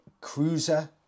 cruiser